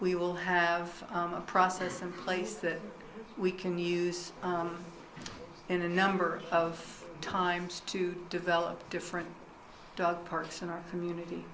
we will have a process in place that we can use in a number of times to develop different dog parks in our community